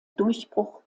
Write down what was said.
durchbruch